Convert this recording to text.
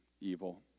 evil